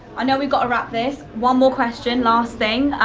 i know we've got to wrap this. one more question, last thing.